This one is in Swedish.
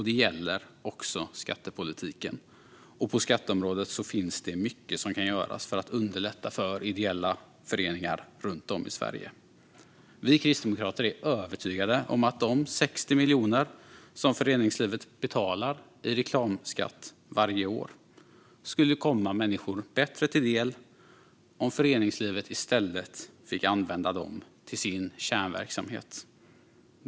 Det gäller också skattepolitiken. Och på skatteområdet finns det mycket som kan göras för att underlätta för ideella föreningar runt om i Sverige. Vi kristdemokrater är övertygade om att de 60 miljoner kronor som föreningslivet betalar i reklamskatt varje år skulle komma människor bättre till del om föreningslivet i stället fick använda dem till sin kärnverksamhet.